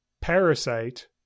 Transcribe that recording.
parasite